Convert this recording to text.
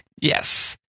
Yes